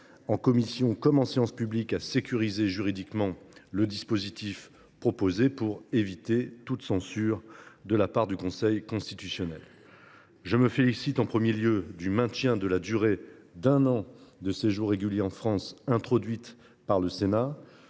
en commission comme en séance publique, à sécuriser juridiquement le dispositif proposé afin d’éviter toute censure du Conseil constitutionnel. Je me félicite en premier lieu du maintien de la durée d’un an de séjour régulier en France, introduite par le Sénat.